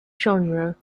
genre